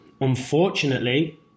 unfortunately